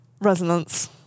Resonance